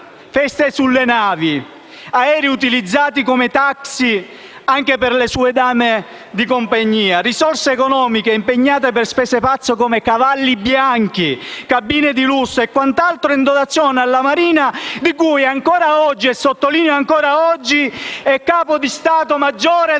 feste sulle navi, aerei utilizzati come taxi anche per le sue dame di compagnia, risorse economiche impiegate per spese pazze come cavalli bianchi, cabine di lusso e quant'altro in dotazione alla Marina di cui ancora oggi, e sottolineo ancora oggi, è capo di stato maggiore.